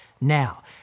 now